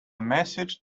message